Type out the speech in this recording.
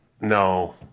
No